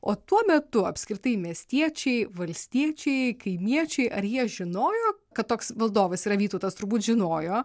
o tuo metu apskritai miestiečiai valstiečiai kaimiečiai ar jie žinojo kad toks valdovas yra vytautas turbūt žinojo